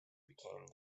became